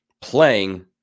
playing